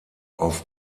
auf